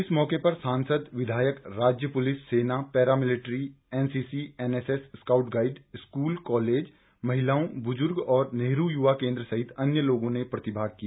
इस मौके पर सांसद विधायक राज्य पुलिस सेना para military NCC NSS scout guide school college महिलाओं बुज्र्ग और नेहरू युवा केंद्र सहित अन्य लोगों ने प्रतिभाग किया